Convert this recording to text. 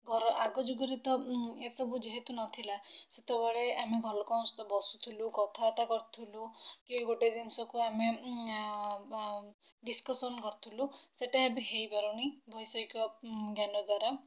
ଘର ଆଗ ଯୁଗରେ ତ ଏସବୁ ଯେହେତୁ ନଥିଲା ସେତେବେଳେ ଆମେ ଘର ଲୋକଙ୍କ ସହିତ ବସୁଥିଲୁ କଥାବାର୍ତ୍ତା କରୁଥିଲୁ କି ଗୋଟେ ଜିନିଷକୁ ଆମେ ଡିସ୍କସନ୍ କରୁଥିଲୁ ସେଇଟା ଏବେ ହେଇପାରୁନି ବୈଷୟିକ ଜ୍ଞାନ ଦ୍ଵାରା